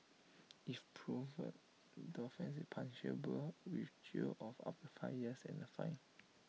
if proven the offence is punishable with jail of up to five years and A fine